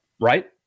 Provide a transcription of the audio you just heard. Right